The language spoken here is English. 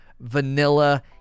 vanilla